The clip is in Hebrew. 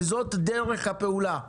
וזאת דרך הפעולה.